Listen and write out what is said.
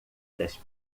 das